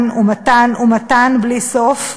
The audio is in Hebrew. ומתן ומתן ומתן, בלי סוף.